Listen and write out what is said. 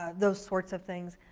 ah those sorts of things.